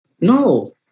No